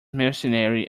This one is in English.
mercenary